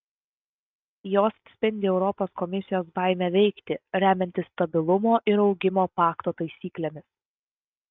jos atspindi europos komisijos baimę veikti remiantis stabilumo ir augimo pakto taisyklėmis